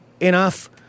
Enough